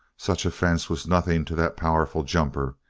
such a fence was nothing to that powerful jumper.